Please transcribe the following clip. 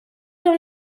dans